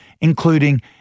including